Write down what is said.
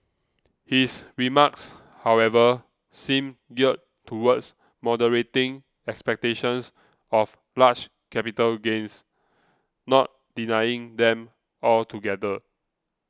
his remarks however seem geared towards moderating expectations of large capital gains not denying them altogether